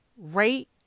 rate